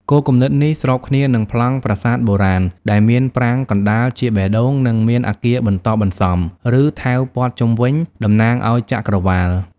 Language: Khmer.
គោលគំនិតនេះស្របគ្នានឹងប្លង់ប្រាសាទបុរាណ ដែលមានប្រាង្គកណ្តាលជាបេះដូង និងមានអគារបន្ទាប់បន្សំ រឺថែវព័ទ្ធជុំវិញ តំណាងឲ្យចក្រវាឡ។